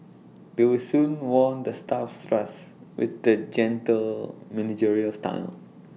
they will soon won the staff's trust with their gentle managerial style